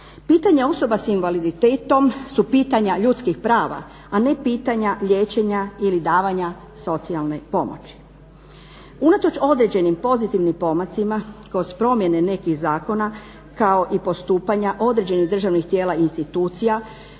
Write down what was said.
Pitanje osoba sa invaliditetom su pitanja ljudskih prava, a ne pitanja liječenja ili davanja socijalne pomoći. Unatoč određenim pozitivnim pomacima kroz promjene nekih zakona kao i postupanja određenih državnih tijela i institucija